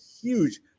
huge